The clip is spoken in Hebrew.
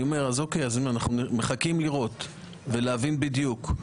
אנחנו מחכים לראות ולהבין בדיוק.